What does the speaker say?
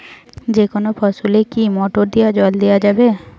যেকোনো ফসলে কি মোটর দিয়া জল দেওয়া যাবে?